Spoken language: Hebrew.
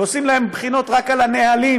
ועושים להם בחינות רק על הנהלים,